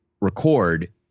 record